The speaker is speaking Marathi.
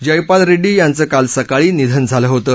जयपाल रेड्डी यांचं काल सकाळी निधन झालं होतं